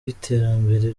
y’iterambere